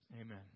Amen